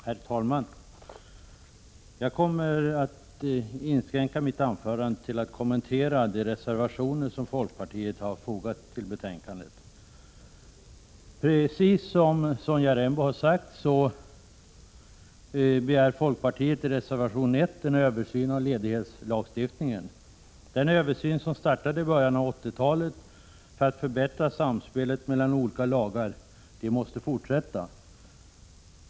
Herr talman! Jag kommer att inskränka mitt anförande till att kommentera de reservationer som folkpartiet fogat till betänkandet. Precis som Sonja Rembo sade begär folkpartiet i reservation 1 en översyn av ledighetslagstiftningen. Den översyn som startade i början av 1980-talet för att förbättra samspelet mellan olika lagar måste fortsätta.